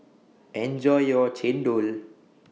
Enjoy your Chendol